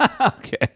okay